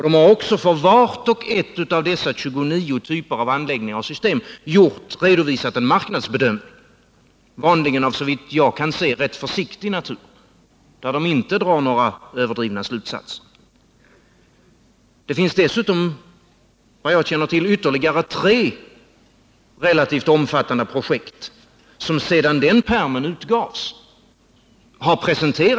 De har för vart och ett av dessa redovisats en marknadsbedömning, vanligen av såvitt jag kan se rätt försiktig natur, där de inte drar några överdrivna slutsatser. Det finns dessutom vad jag känner till ytterligare tre relativt omfattande projekt som har presenterats sedan den här pärmen utgavs.